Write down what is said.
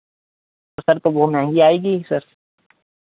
sir तो वो महँगी आएगी ही सर